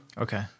okay